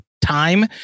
time